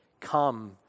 Come